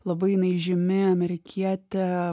labai jinai žymi amerikietė